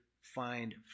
find